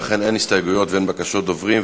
ואכן, אין הסתייגויות ואין בקשות דוברים.